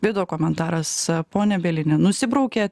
vido komentaras pone bielini nusibraukė